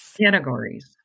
Categories